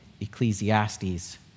Ecclesiastes